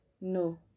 No